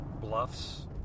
bluffs